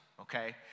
okay